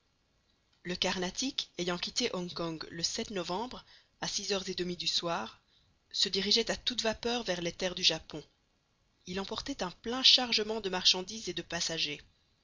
le carnatic ayant quitté hong kong le novembre à six heures et demie du soir se dirigeait à toute vapeur vers les terres du japon il emportait un plein chargement de marchandises et de passagers